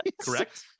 correct